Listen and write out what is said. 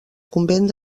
convent